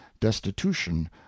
destitution